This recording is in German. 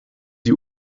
die